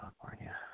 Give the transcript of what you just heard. California